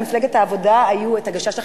למפלגת העבודה היו "הגשש החיוור",